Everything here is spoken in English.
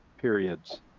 periods